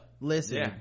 Listen